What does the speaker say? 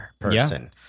person